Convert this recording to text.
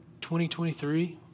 2023